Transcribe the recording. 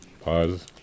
Pause